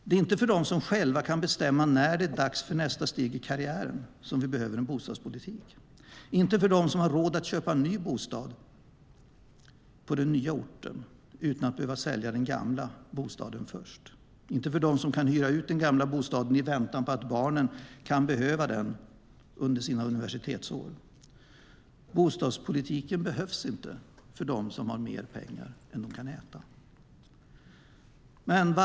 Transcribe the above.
Det är inte för dem som själva kan bestämma när det är dags för nästa steg i karriären som vi behöver en bostadspolitik, inte för dem som har råd att köpa en ny bostad på den nya orten utan att behöva sälja den gamla bostaden först, inte för dem som kan hyra ut den gamla bostaden i väntan på att barnen kan behöva den under sina universitetsår. Bostadspolitiken behövs inte för dem som har mer pengar än de behöver för att äta sig mer än mätta.